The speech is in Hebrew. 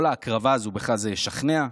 כל ההקרבה הזאת, זה בכלל ישכנע?